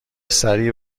سریع